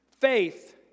faith